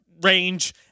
range